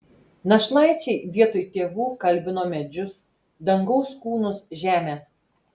našlaičiai vietoj tėvų kalbino medžius dangaus kūnus žemę